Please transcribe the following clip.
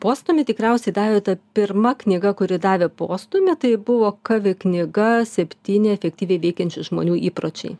postūmį tikriausiai davė ta pirma knyga kuri davė postūmį tai buvo kavi knyga septyni efektyviai veikiančių žmonių įpročiai